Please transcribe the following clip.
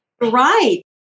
right